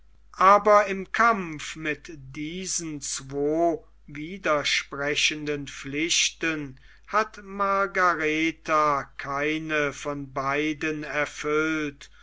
aber im kampfe mit diesen zwei widersprechenden pflichten hat margaretha keine von beiden erfüllt